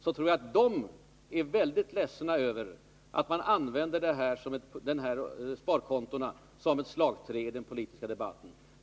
Då tror jag att de anställda är mycket ledsna över att dessa sparkonton används som ett slagträ i den politiska debatten.